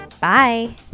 Bye